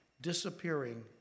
disappearing